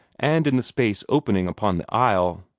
and in the space opening upon the aisle.